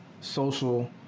social